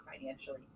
financially